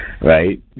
Right